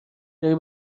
داری